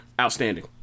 Outstanding